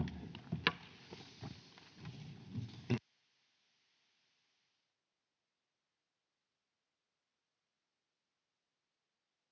Kiitos,